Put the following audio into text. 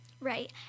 right